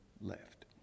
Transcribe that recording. left